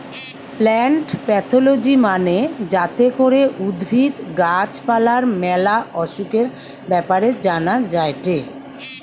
plant pathology মানে যাতে করে উদ্ভিদ, গাছ পালার ম্যালা অসুখের ব্যাপারে জানা যায়টে